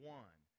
one